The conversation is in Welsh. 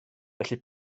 felly